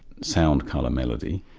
sound colour melody,